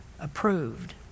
approved